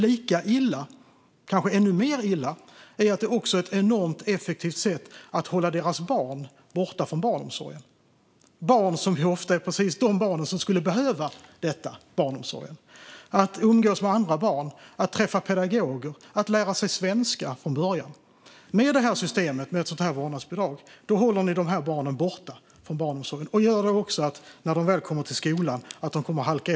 Lika illa, och kanske ännu mer illa, är att det också är ett enormt effektivt sätt att hålla deras barn borta från barnomsorgen. Det är ofta precis de barnen som skulle behöva barnomsorgen, att umgås med andra barn, att träffa pedagoger och att lära sig svenska från början. Med det här systemet med ett vårdnadsbidrag håller ni de barnen borta från barnomsorgen. Det gör också att när de väl kommer till skolan halkar de efter från början.